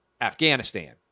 Afghanistan